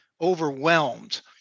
overwhelmed